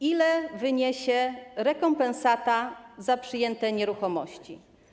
Ile wyniesie rekompensata za przejęte nieruchomości?